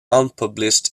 unpublished